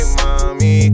mommy